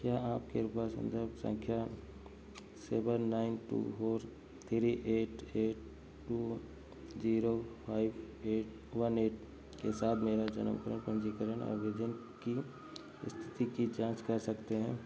क्या आप कृपया सन्दर्भ सँख्या seven nine two four three eight eight two zero five eight one eight के साथ मेरे जन्म प्रमाण पन्जीकरण आवेदन की इस्थिति की जाँच कर सकते हैं